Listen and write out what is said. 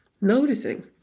noticing